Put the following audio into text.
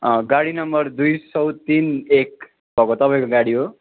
गाडी नम्बर दुई सय तिन एक भएको तपाईँको गाडी हो